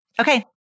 Okay